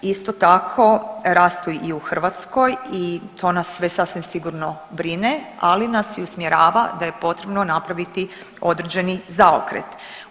Isto tako rastu i u Hrvatskoj i to nas sve sasvim sigurno brine, ali nas i usmjerava da je potrebno napraviti određeni zaokret.